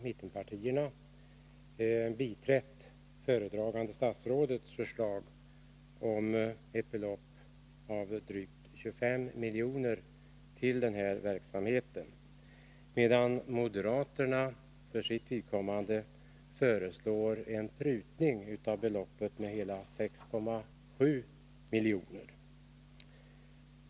Mittenpartierna har biträtt föredragande statsrådets förslag om ett belopp på drygt 25 milj.kr. till denna verksamhet, medan moderaterna föreslår en prutning av beloppet med hela 6,7 milj.kr.